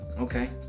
Okay